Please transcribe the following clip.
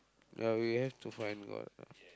uh we have to find god lah